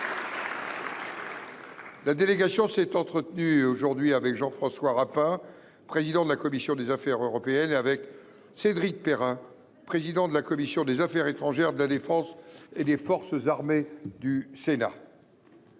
La délégation s’est entretenue aujourd’hui avec Jean François Rapin, président de la commission des affaires européennes, et avec Cédric Perrin, président de la commission des affaires étrangères, de la défense et des forces armées du Sénat.